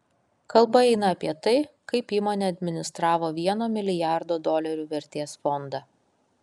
kalba eina apie tai kaip įmonė administravo vieno milijardo dolerių vertės fondą